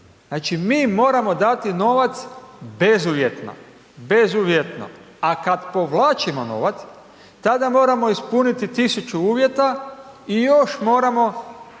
Znači mi moramo dati novac bezuvjetno, bezuvjetno, a kad povlačimo novac tada moramo ispuniti 1.000 uvjeta još moramo